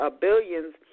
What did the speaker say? billions